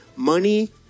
Money